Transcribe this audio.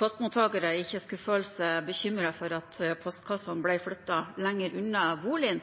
postmottakere ikke skulle være bekymret for at postkassene blir flyttet lenger unna boligen.